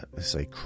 say